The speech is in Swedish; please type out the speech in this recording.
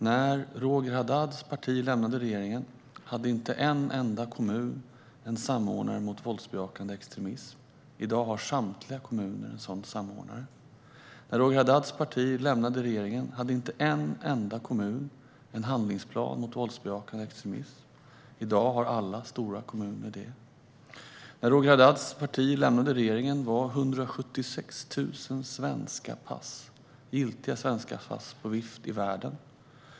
När Roger Haddads parti lämnade regeringen hade inte en enda kommun en samordnare mot våldsbejakande extremism. I dag har samtliga kommuner en sådan samordnare. När Roger Haddads parti lämnade regeringen hade inte en enda kommun en handlingsplan mot våldsbejakande extremism. I dag har alla stora kommuner det. När Roger Haddads parti lämnade regeringen var 176 000 giltiga svenska pass på vift i världen.